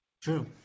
True